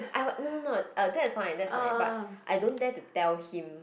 I what no no no uh that's fine that's fine but I don't dare to tell him